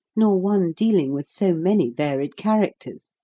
nor one dealing with so many varied characters.